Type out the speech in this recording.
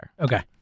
Okay